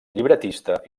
llibretista